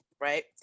right